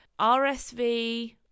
RSV